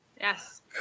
Yes